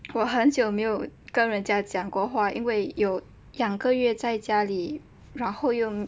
我很久没有跟人家讲过话因为有两个月在家里然后又